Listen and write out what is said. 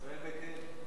ישראל ביתנו.